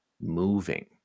moving